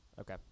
okay